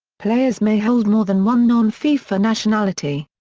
players may hold more than one non-fifa nationality.